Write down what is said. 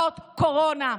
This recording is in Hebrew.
זאת קורונה.